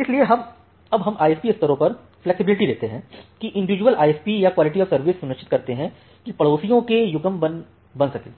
इसलिए अब हम आईएसपी स्तरों पर फ्लेक्सिबिलिटी देते हैं कि इंडिविजुअल आईएसपी या क्वालिटी ऑफ सर्विस सुनिश्चित करते हैं कि पड़ोसियों के युग्म बन सके